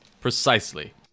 precisely